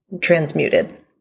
transmuted